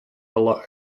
below